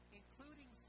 including